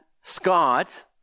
Scott